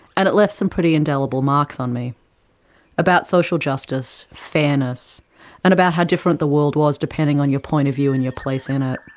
and it left some pretty indelible marks on me about social justice, fairness, and how different the world was depending on your point of view and your place in it.